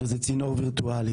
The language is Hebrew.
שזה צינור וירטואלי.